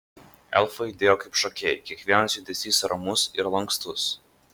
elfai judėjo kaip šokėjai kiekvienas judesys ramus ir lankstus